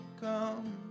come